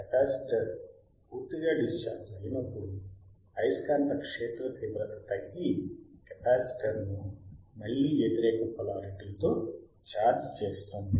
capacitor పూర్తిగా discharge అయినప్పుడు అయస్కాంత క్షేత్ర తీవ్రత తగ్గి కెపాసిటర్ను మళ్లీ వ్యతిరేక పోలరిటీతో ఛార్జ్ చేస్తుంది